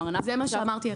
זה מה שאמרתי.